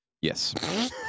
Yes